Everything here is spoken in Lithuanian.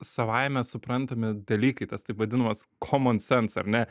savaime suprantami dalykai tas taip vadinamas komon sens ar ne